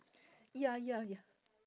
ya ya ya